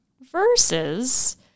versus